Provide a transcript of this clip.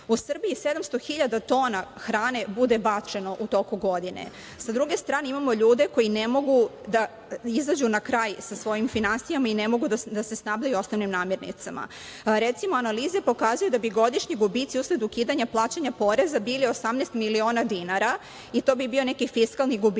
Srbiji 700 hiljada tona hrane bude bačeno u toku godine. Sa druge strane imamo ljude koji ne mogu da izađu na kraj sa svojim finansijama i ne mogu da se snabdeju osnovnim namirnicama. Recimo, analize pokazuju da bi godišnji gubici usled ukidanja plaćanja poreza bili 18 milina dinara, i to bi bio neki fiskalni gubitak,